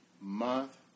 month